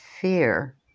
fear